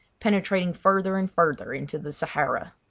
penetrating further and further into the sahara.